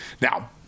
Now